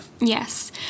Yes